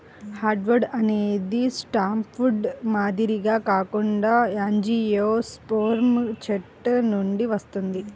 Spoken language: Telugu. హార్డ్వుడ్ అనేది సాఫ్ట్వుడ్ మాదిరిగా కాకుండా యాంజియోస్పెర్మ్ చెట్ల నుండి వస్తుంది